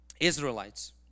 israelites